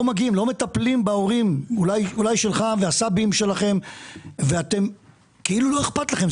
לא מטפלים בהורים ובסבים שלכם וכאילו לא אכפת לכם.